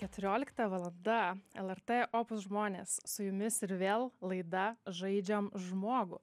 keturiolikta valanda lrt opus žmonės su jumis ir vėl laida žaidžiam žmogų